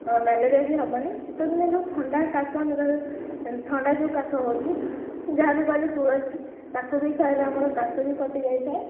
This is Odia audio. ମ୍ୟାଲେରିଆ ବି ହେବନି ଶୀତଦିନେ ଯେଉଁ ଥଣ୍ଡା କାଶ ଥଣ୍ଡା ଯେଉଁ କାଶ ହେଉଛି ଯାହା ବିି କଲି ତୁଳସୀ ତାକୁ ବି ଖାଇଲେ ଆମର କାଶ ବି କଟିଯାଇଥାଏ